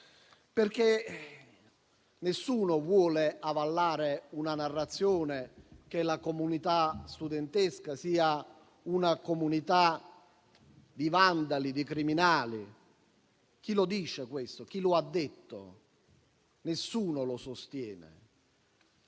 perché nessuno vuole avallare la narrazione che la comunità studentesca sia di vandali e criminali. Chi lo dice questo? Chi lo ha detto? Nessuno lo sostiene.